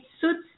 suits